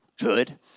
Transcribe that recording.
good